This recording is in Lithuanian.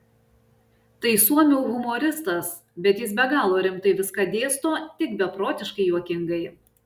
tai suomių humoristas bet jis be galo rimtai viską dėsto tik beprotiškai juokingai